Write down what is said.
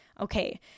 Okay